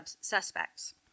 suspects